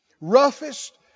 roughest